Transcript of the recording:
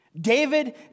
David